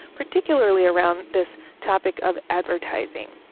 particularly around this topic of advertising.